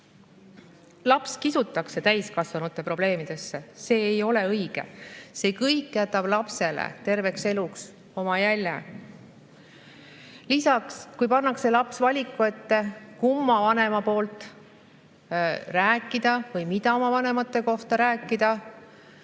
Laps kisutakse täiskasvanute probleemidesse. See ei ole õige, see kõik jätab lapsele terveks eluks jälje. Lisaks, kui laps pannakse valiku ette, kumma vanema poolt rääkida või mida oma vanemate kohta rääkida,